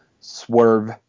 Swerve